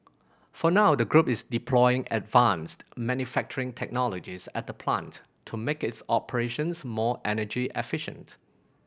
for now the group is deploying advanced manufacturing technologies at the plant to make its operations more energy efficient